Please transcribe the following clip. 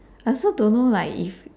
I also don't know like if